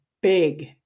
big